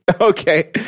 Okay